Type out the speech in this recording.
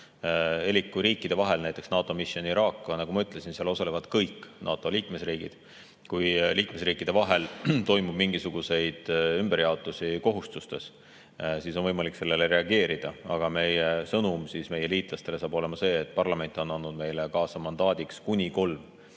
Elik näiteks NATO Mission Iraq'is, nagu ma ütlesin, osalevad kõik NATO liikmesriigid ja kui liikmesriikide vahel toimub mingisuguseid ümberjaotusi kohustustes, siis on võimalik sellele reageerida. Aga meie sõnum liitlastele saab olema see, et parlament on andnud meile mandaadiks kuni kolm